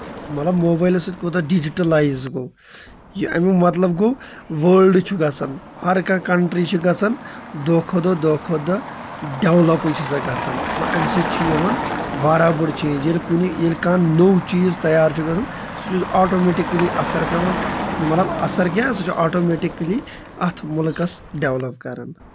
مطلب موبایلہٕ سۭتۍ کوٗتاہ ڈِجِٹلایز گوٚو یہِ اَمیُک مطلب گوٚو وٲلڈ چھُ گژھان ہر کانٛہہ کَنٹری چھِ گژھان دوہ کھۄتہٕ دوہ کھۄتہٕ دوہ ڈیولَپے چھےٚ سۄ گژھان اَمہِ سۭتۍ چھےٚ یِوان واریاہ بٔڑ چینح ییٚلہِ کُنہِ ییٚلہِ کانٛہہ نوٚو چیٖز تَیار چھُ گژھان سُہ چھُ اوٹومیٹِکٔلی اَثر پیوان مطلب اَثر کیاہ سُہ چھُ اوٹومیٹِکٔلی اَتھ مُلکَس ڈیولَپ کران